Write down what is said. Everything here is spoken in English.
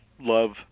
love